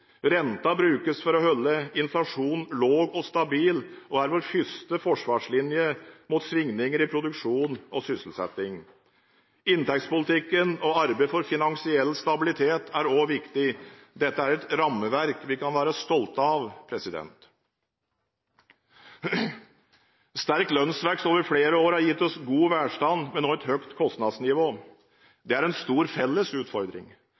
Renten brukes for å holde inflasjonen lav og stabil og er vår første forsvarslinje mot svingninger i produksjon og sysselsetting. Inntektspolitikken og arbeid for finansiell stabilitet er også viktig. Dette er et rammeverk vi kan være stolte av. Sterk lønnsvekst over flere år har gitt oss god velstand, men også et høyt kostnadsnivå. Det er en stor felles utfordring.